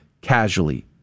casually